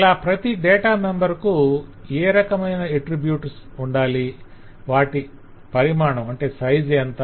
ఇలా ప్రతి data member కు ఏ రకమైన అట్రిబ్యూట్స్ ఉండాలి వాటి పరిమాణం ఎంత